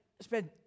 spend